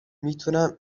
میتونم